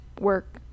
work